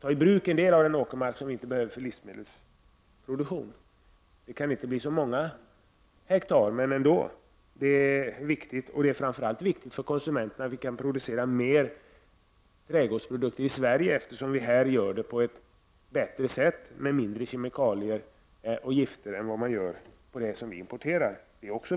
ta i bruk en del av den åkermark som inte behövs för livsmedelsproduktion. Det kan inte bli så många hektar, men det har ändå en viss betydelse. Det är framför allt vikigt för konsumenterna att fler trädgårdsprodukter kan produceras i Sverige. Vi producerar dem ju på ett bättre sätt här med mindre användning av kemikalier och gifter än i de importerade produkterna.